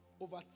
over